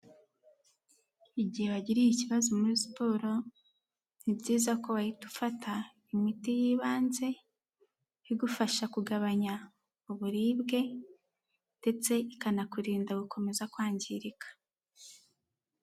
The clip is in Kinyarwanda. Igihe wagiriye ikibazo muri siporo ni byiza ko wahita ufata imiti y'ibanze igufasha kugabanya uburibwe ndetse ikanakurinda gukomeza kwangirika.